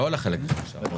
לא על החלק שנשאר.